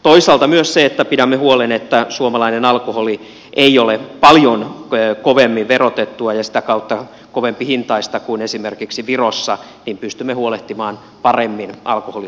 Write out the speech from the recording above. toisaalta myös jos pidämme huolen että suomalainen alkoholi ei ole paljon kovemmin verotettua ja sitä kautta kovempihintaista kuin esimerkiksi virossa pystymme huolehtimaan paremmin alkoholin haitoista